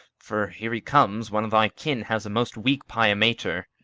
for here he comes one of thy kin has a most weak pia mater.